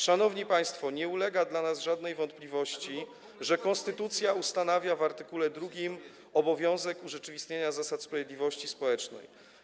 Szanowni państwo, nie ulega dla nas żadnej wątpliwości, że konstytucja ustanawia w art. 2 obowiązek urzeczywistniania zasad sprawiedliwości społecznej.